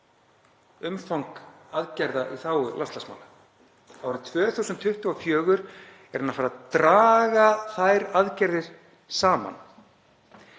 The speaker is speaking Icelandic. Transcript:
umfang aðgerða í þágu loftslagsmála. Árið 2024 er hún að fara að draga þær aðgerðir saman.